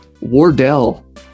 Wardell